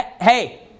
hey